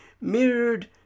mirrored